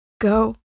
go